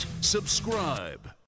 subscribe